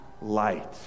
light